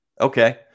okay